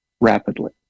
rapidly